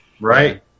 right